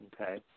Okay